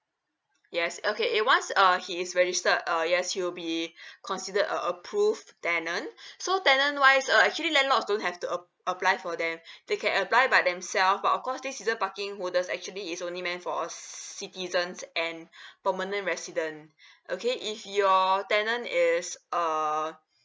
yes okay it once uh he is registered uh yes he'll be considered a approved tenant so tenant wise uh actually landlord don't have to a~ apply for them they can apply by themselves but of course this season parking holders actually is only meant for citizens and permanent resident okay if your tenant is uh